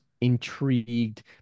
intrigued